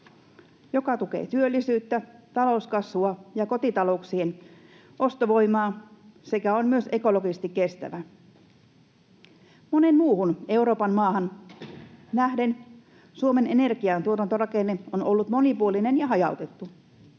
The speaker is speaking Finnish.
joka tukee työllisyyttä, talouskasvua ja kotitalouksien ostovoimaa sekä on myös ekologisesti kestävä. Moneen muuhun Euroopan maahan nähden Suomen energiantuotantorakenne on ollut monipuolinen ja hajautettu.